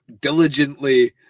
diligently